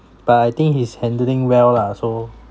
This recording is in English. but I think he's handling well lah so